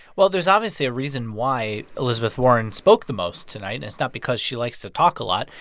well, there's obviously a reason why elizabeth warren spoke the most tonight. and it's not because she likes to talk a lot.